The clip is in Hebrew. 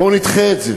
בואו נדחה את זה.